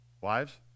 Wives